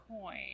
coin